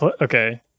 Okay